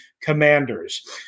Commanders